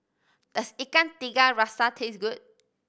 does Ikan Tiga Rasa taste good